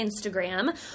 Instagram